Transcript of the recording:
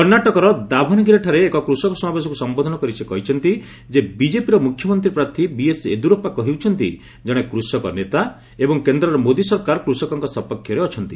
କର୍ଷାଟକର ଦାଭନଗି ଠାରେ ଏକ କୃଷକ ସମାବେଶକୁ ସମ୍ବୋଧନ କରି ସେ କହିଛନ୍ତି ଯେ ବିଜେପିର ମୁଖ୍ୟମନ୍ତ୍ରୀ ପ୍ରାର୍ଥୀ ବିଏସ ୟେଦୁରସ୍ପା ହେଉଛନ୍ତି ଜଣେ କୃଷକ ନେତା ଏବଂ କେନ୍ଦ୍ରର ମୋଦୀ ସରକାର କୃଷକଙ୍କ ସପକ୍ଷରେ ଅଛନ୍ତି